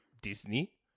Disney